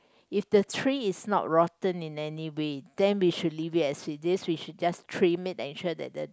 if the tree is not rotten in anyway then we should leave it as it is we should just trim it ensure that the